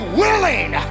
willing